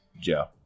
Joe